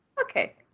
Okay